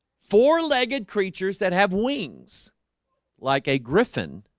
four-legged creatures that have wings like a griffon